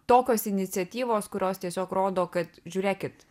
tokios iniciatyvos kurios tiesiog rodo kad žiūrėkit